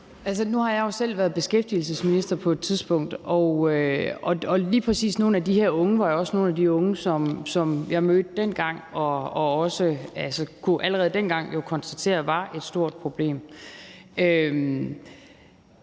Nu har jeg jo selv været beskæftigelsesminister på et tidspunkt, og lige præcis nogle af de her unge svarer til nogle af de unge, som jeg mødte dengang, og jeg kunne allerede dengang konstatere, at det var et stort problem.